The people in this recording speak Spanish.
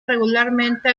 regularmente